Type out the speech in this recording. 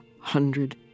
hundred